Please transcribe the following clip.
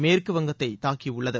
மேற்கு வங்கத்தை தாக்கியுள்ளது